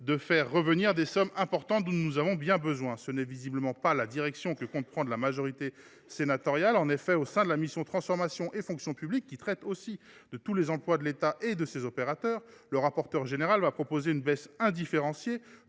de récupérer ces sommes importantes dont nous avons bien besoin. Ce n’est visiblement pas la direction que compte prendre la majorité sénatoriale. En effet, au sein de la mission « Transformation et fonction publiques », qui traite aussi de tous les emplois de l’État et de ses opérateurs, le rapporteur général va proposer une baisse indifférenciée